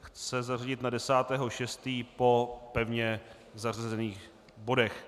Chce zařadit na 10. 6. po pevně zařazených bodech.